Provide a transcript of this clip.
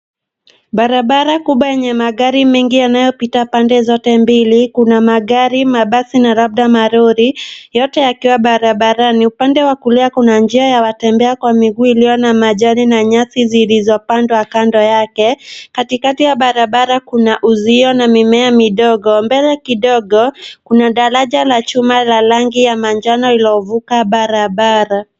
Barabara kubwa yenye magari mengi yanayopita pande zote mbili. Kuna magari, mabasi na labda malori yote yakiwa barabarani. Upande wa kulia kuna njia ya watembea kwa miguu iliyo na majani na nyasi zilizopandwa kando yake. Katikati ya barabara kuna uzio na mimea midogo. Mbele kidogo kuna daraja la chuma la rangi ya manjano lililovuka barabara.